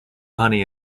honey